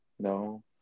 No